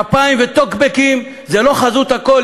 כפיים וטוקבקים הם לא חזות הכול.